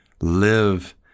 live